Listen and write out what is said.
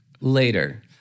later